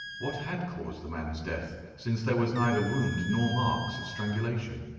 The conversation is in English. what had caused the man's death, since there was neither wound nor marks of strangulation?